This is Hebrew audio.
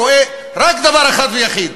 הוא רואה רק דבר אחד ויחיד,